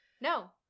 No